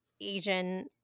Asian